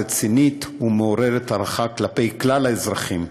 רצינית ומעוררת הערכה כלפי כלל האזרחים.